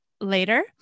later